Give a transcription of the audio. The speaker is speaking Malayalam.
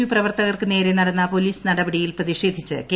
യു പ്രവർത്തകർക്കു നേരെ നടന്ന പോലീസ് നടപടിയിൽ പ്രതിഷേധിച്ച് കെ